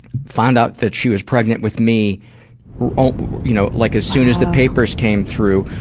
found out that she was pregnant with me ah you know like as soon as the papers came through.